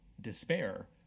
despair